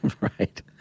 Right